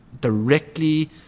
directly